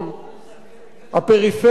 הפריפריה מופקרת.